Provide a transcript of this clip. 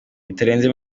bitarenze